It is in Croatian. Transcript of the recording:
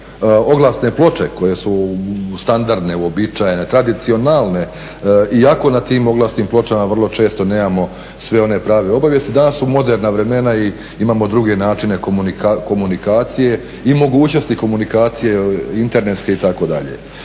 oglasne ploče koje su standardne, uobičajene, tradicionalne. Iako na tim oglasnim pločama vrlo često nemamo sve one prave obavijesti, danas su moderna vremena i imamo druge načine komunikacije i mogućnosti komunikacije internetske itd.